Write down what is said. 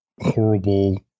horrible